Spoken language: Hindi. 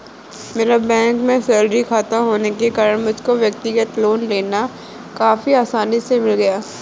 मेरा बैंक में सैलरी खाता होने के कारण मुझको व्यक्तिगत लोन काफी आसानी से मिल गया